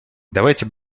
давайте